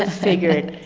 ah figured,